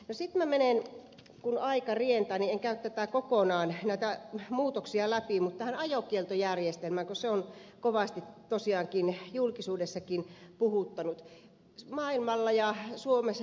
sitten minä menen kun aika rientää en käy kokonaan näitä muutoksia läpi tähän ajokieltojärjestelmään kun se on kovasti tosiaankin julkisuudessakin puhuttanut